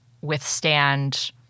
withstand